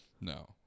No